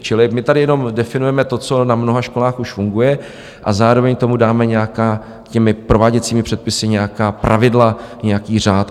Čili my tady jenom definujeme to, co na mnoha školách už funguje, a zároveň k tomu dáme těmi prováděcími předpisy nějaká pravidla, nějaký řád.